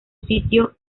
sitio